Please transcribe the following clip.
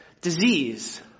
disease